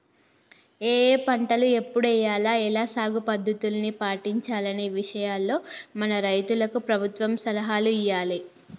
ఏఏ పంటలు ఎప్పుడు ఎయ్యాల, ఎలా సాగు పద్ధతుల్ని పాటించాలనే విషయాల్లో మన రైతులకు ప్రభుత్వం సలహాలు ఇయ్యాలే